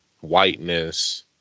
whiteness